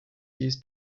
used